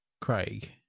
Craig